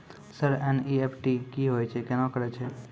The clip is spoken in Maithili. सर एन.ई.एफ.टी की होय छै, केना करे छै?